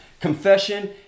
Confession